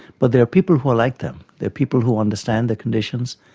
but there are people who are like them, there are people who understand the conditions,